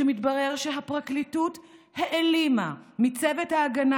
כשמתברר שהפרקליטות העלימה מצוות ההגנה